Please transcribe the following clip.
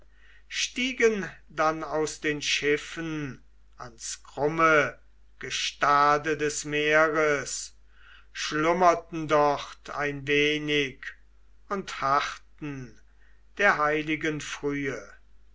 stiegen dann aus den schiffen ans krumme gestade des meeres schlummerten dort ein wenig und harrten der heiligen frühe